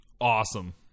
Awesome